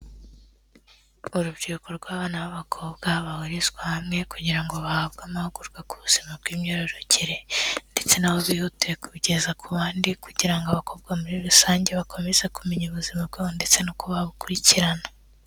Urubyiruko rw'abana b'abakobwa bahurizwa hamwe kugira ngo bahabwe amahugurwa ku buzima bw'imyororokere ndetse n'aho bihutiregeza ku bandi kugira ngo abakobwa muri rusange bakomeze kumenya ubuzima bwabo ndetse n'uko babukurikirana.